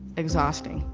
exhausting.